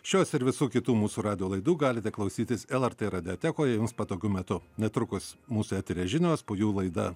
šios ir visų kitų mūsų radijo laidų galite klausytis lrt radiotekoje jums patogiu metu netrukus mūsų eteryje žinios po jų laida